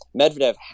medvedev